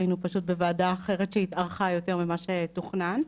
היינו פשוט בוועדה אחרת שהתארכה יותר ממה שתוכנן.